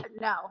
no